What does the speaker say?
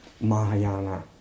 Mahayana